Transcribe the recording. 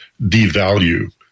devalue